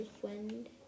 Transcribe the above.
friend